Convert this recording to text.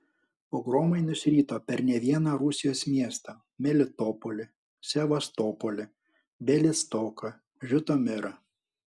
pogromai nusirito per ne vieną rusijos miestą melitopolį sevastopolį bialystoką žitomirą